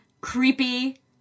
creepy